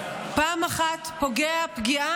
פעם אחת הוא פוגע פגיעה